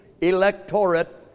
electorate